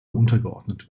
untergeordnet